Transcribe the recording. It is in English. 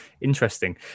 Interesting